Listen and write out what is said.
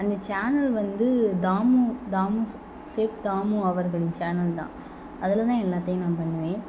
அந்த சேனல் வந்து தாமு தாமு செஃப் தாமு அவர்களின் சேனல்தான் அதுலேருந்துதான் எல்லாத்தையும் நான் பண்ணுவேன்